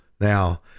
now